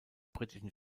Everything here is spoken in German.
britischen